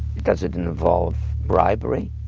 does it involve bribery?